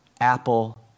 apple